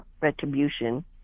retribution